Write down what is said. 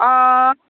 अँ